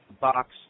box